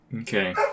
Okay